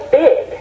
big